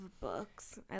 Books